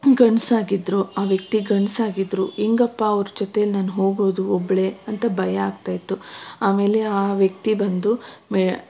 ಗಂಡಸಾಗಿದ್ರು ಆ ವ್ಯಕ್ತಿ ಗಂಡಸಾಗಿದ್ರು ಹೆಂಗಪ್ಪ ಅವರ ಜೊತೆಲಿ ನಾನು ಹೋಗೋದು ಒಬ್ಬಳೇ ಅಂತ ಭಯ ಆಗ್ತಾ ಇತ್ತು ಅಮೇಲೆ ಆ ವ್ಯಕ್ತಿ ಬಂದು ಮೆ